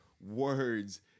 words